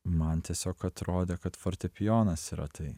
man tiesiog atrodė kad fortepijonas yra tai